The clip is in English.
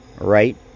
Right